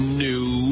new